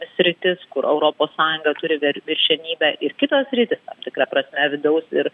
sritis kur europos sąjunga turi viršenybę ir kitas sritis tikra prasme vidaus ir